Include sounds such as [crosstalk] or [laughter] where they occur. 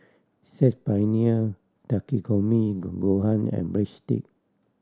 Saag Paneer Takikomi [unintelligible] gohan and Breadstick